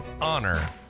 honor